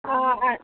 অঁ হয়